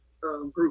group